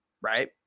right